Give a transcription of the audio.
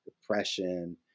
depression